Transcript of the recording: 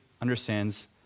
understands